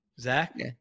Zach